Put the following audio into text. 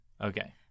Okay